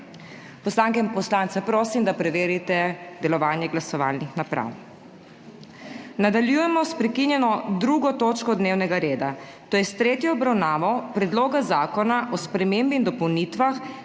Poslanke in poslance prosim, da preverijo delovanje glasovalnih naprav. Nadaljujemo s prekinjeno 2. točko dnevnega reda, to je s tretjo obravnavo Predloga zakona o spremembi in dopolnitvah